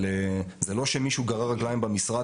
אבל זה לא שמישהו גרר רגליים במשרד